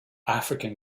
african